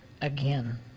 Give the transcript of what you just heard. again